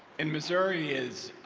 and missouri is